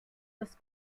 das